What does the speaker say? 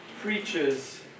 preaches